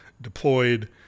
deployed